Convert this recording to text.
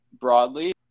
broadly